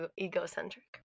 egocentric